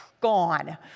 gone